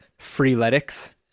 Freeletics